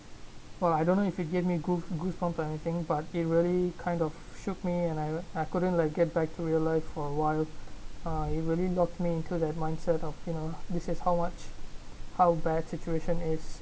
well I don't know if it give me goo~ goosebumps or anything but it really kind of shook me and I I couldn't like get back to real life for awhile uh it really knocked me into that mindset of you know this is how much how bad situation is